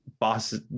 bosses